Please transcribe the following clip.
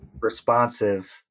Responsive